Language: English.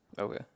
Okay